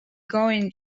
going